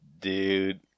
Dude